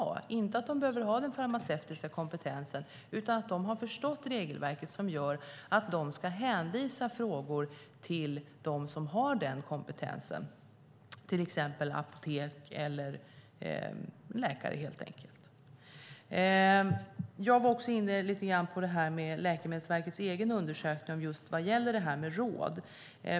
Det handlar inte om att de behöver ha den farmaceutiska kompetensen, utan om att de har förstått det regelverk som gör att de ska hänvisa frågor till dem som har den kompetensen, till exempel apotek eller helt enkelt läkare. Jag var inne lite grann på Läkemedelsverkets egen undersökning vad gäller detta med råd.